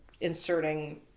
inserting